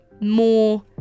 more